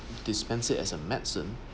dispensed it as a medicine